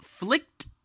Flicked